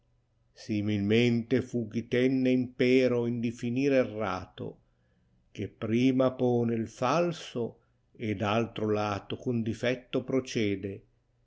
similmente fu chi tenne impero in diflìnire errato che prima pone il falso e d altro lata con difetto procede